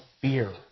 fear